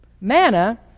Manna